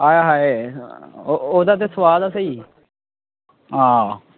आए हाय ओह्दा ते सोआद गै स्हेई हां